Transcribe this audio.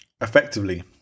effectively